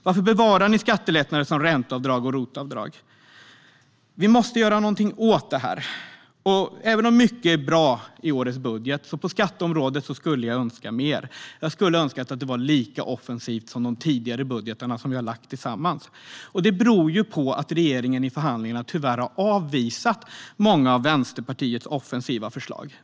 Varför bevarar ni skattelättnader som ränteavdrag och ROT-avdrag? Vi måste göra någonting åt det här. Även om mycket i årets budget är bra önskar jag mer på skatteområdet. Jag önskar att budgeten skulle vara lika offensiv som tidigare budgetar som vi har lagt fram tillsammans. Men regeringen har tyvärr avvisat många av Vänsterpartiets offensiva förslag i förhandlingarna.